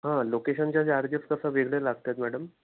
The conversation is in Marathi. हं लोकेशनचे चार्जेस तसे वेगळे लागतात मॅडम